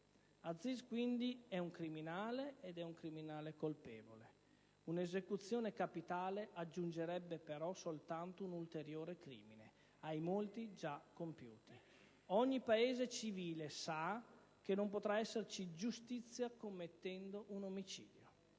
Aziz sia un criminale e sia colpevole, ma un'esecuzione capitale aggiungerebbe soltanto un ulteriore crimine ai molti altri già compiuti. Ogni Paese civile sa che non potrà esserci giustizia commettendo un omicidio.